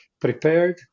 prepared